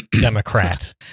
Democrat